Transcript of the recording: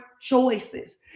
choices